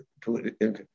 political